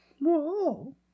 Whoa